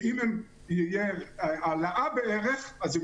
ואם תהיה העלאה בערך אז הם